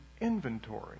inventory